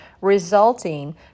resulting